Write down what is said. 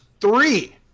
three